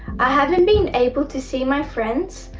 i haven't been able to see my friends.